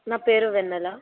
నా పేరు వెన్నెల